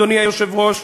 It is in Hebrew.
אדוני היושב-ראש: